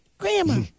Grandma